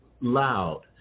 loud